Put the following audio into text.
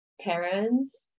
parents